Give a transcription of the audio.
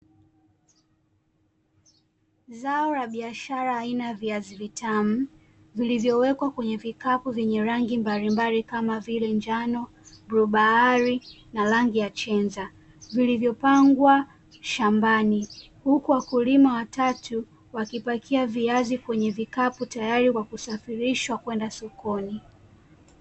Zao la biashara aina ya viazi vitamu, vilivyowekwa kwenye vikapu vyenye rangi mbalimbali, kama vile: njano, bluu bahari na rangi ya chenza; vilivyopangwa shambani huku wakulima watatu wakipakia viazi kwenye vikapu tayari kwa kusafirishwa kwenda sokoni.